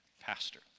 pastor